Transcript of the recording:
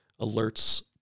alerts